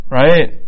right